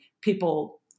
people